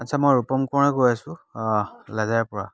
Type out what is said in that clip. আচ্ছা মই ৰূপম কোঁৱৰে কৈ আছোঁ লেজাইৰপৰা